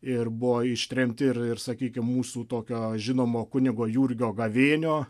ir buvo ištremti ir ir sakykim mūsų tokio žinomo kunigo jurgio gavėnio